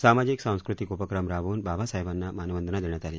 सामाजिक सांस्कृतिक उपक्रम राबवून बाबासाहेबांना मानवंदना देण्यात आली